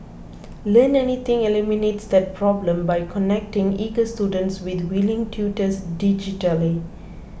Learn Anything eliminates that problem by connecting eager students with willing tutors digitally